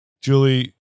Julie